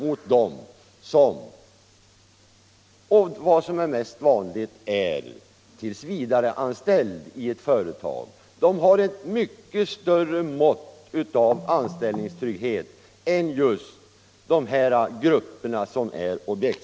De som är tillsvidareanställda i företag — vilket är den vanligaste anställningsformen — har ett mycket större mått av anställningstrygghet.